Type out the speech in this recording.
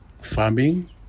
farming